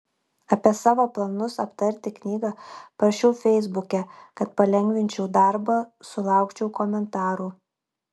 apie savo planus aptarti knygą parašiau feisbuke kad palengvinčiau darbą sulaukčiau komentarų